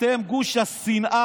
אתם גוש השנאה,